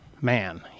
man